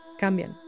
cambian